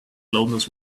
loudness